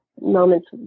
moments